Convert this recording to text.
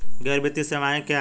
गैर वित्तीय सेवाएं क्या हैं?